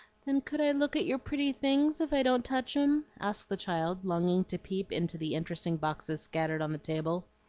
then could i look at your pretty things if i don't touch em? asked the child, longing to peep into the interesting boxes scattered on the table.